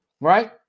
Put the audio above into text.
right